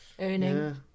Earning